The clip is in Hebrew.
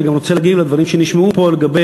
אני גם רוצה להגיב על הדברים שנשמעו פה לגבי